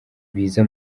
biza